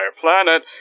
planet